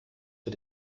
für